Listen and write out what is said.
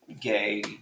gay